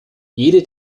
jede